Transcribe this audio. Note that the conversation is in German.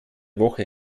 woche